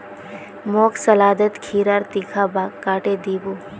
मोक सलादत खीरार तीखा भाग काटे दी बो